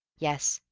yes.